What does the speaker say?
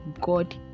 God